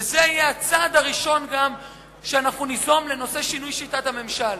וזה יהיה גם הצעד הראשון שאנחנו ניזום בנושא שינוי שיטת הממשל.